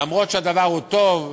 אף שהדבר הוא טוב,